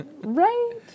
right